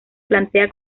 plantea